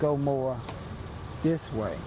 go more this way